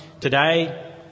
Today